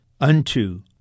unto